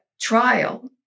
trial